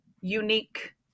unique